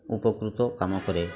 ଉପକୃତ କାମ କରେ